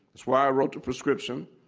it's why i wrote the prescription.